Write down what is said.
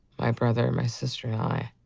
my brother, my sister and i,